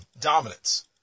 dominance